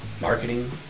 marketing